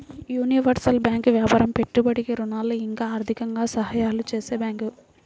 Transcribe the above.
universal bank వ్యాపారం పెట్టుబడికి ఋణాలు ఇంకా ఆర్థికంగా సహాయాలు చేసే బ్యాంకు